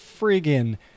friggin